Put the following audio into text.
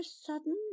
sudden